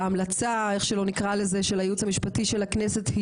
ההמלצה איך שלא נקרא לזה של הייעוץ המשפטי של הכנסת,